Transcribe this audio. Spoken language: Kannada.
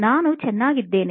ನಾನು ಚೆನ್ನಾಗಿದ್ದೇನೆ